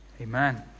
amen